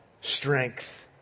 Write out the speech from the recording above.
strength